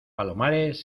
palomares